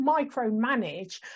micromanage